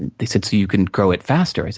and they said, so you can grow it faster. i said,